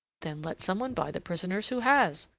then let some one buy the prisoners who has.